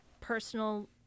personal